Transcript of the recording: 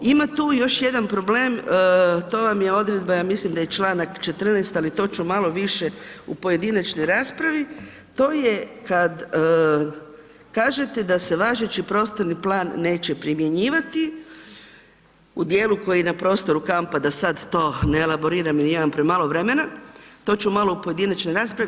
Ima tu još jedan problem, to vam je odredba ja mislim da je Članak 14., ali to ću malo više u pojedinačnoj raspravi, to je kad kažete da se važeći prostorni plan neće primjenjivati u dijelu koji je na prostoru kampa da sad to ne elaboriram jer imam premalo vremena, to ću malo u pojedinačnoj raspravi.